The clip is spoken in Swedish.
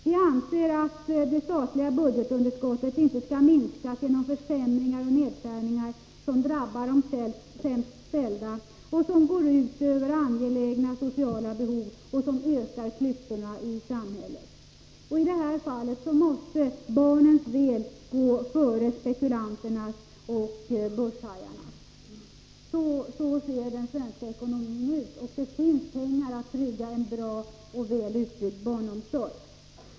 Vi anser att det statliga budgetunderskottet inte skall minskas genom försämringar och nedskärningar som drabbar de sämst ställda och som går ut över angelägna sociala behov och ökar klyftorna i samhället. I det här fallet måste barnens väl gå före spekulanternas och börshajarnas. Så ser den svenska ekonomin ut. Det finns pengar som kan trygga en bra och väl utbyggd barnomsorg.